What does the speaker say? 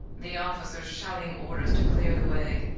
the officers shouting orders to clear the way.